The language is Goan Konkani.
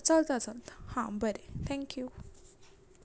चलता चलता हां बरें थैंक यू